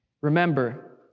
Remember